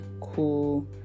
cool